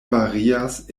varias